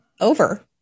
over